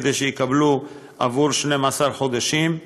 כדי שיקבלו עבור 12 חודשים.